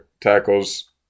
tackles